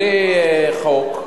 בלי חוק,